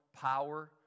power